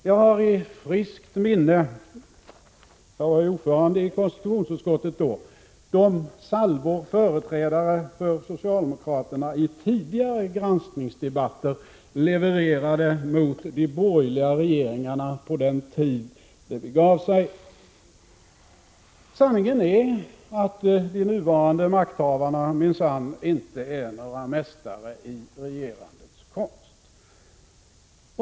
Jag har i friskt minne de salvor företrädare för socialdemokraterna i tidigare granskningsdebatter — jag var ordförande i konstitutionsutskottet då — levererade mot de borgerliga regeringarna på den tid det begav sig. Sanningen är att de nuvarande makthavarna minsann inte är några mästare i regerandets konst.